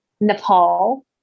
Nepal